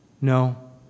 no